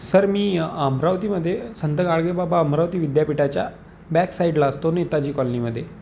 sir मी अमरावतीमध्ये संत गाडगे बाबा अमरावती विद्यापीठाच्या बॅक साईडला असतो नेताजी कॉलनीमध्ये